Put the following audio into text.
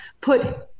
put –